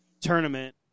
tournament